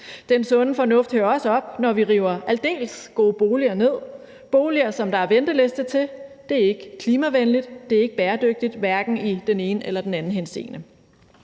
Den sunde fornuft hører også op, når vi river aldeles gode boliger ned, boliger, som der er venteliste til. Det er ikke klimavenligt, og det er ikke bæredygtigt hverken i den ene eller den anden henseende.